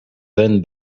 veines